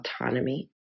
autonomy